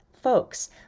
folks